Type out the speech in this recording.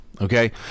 Okay